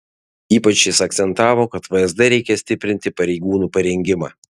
ypač jis akcentavo kad vsd reikia stiprinti pareigūnų parengimą